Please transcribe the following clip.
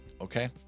Okay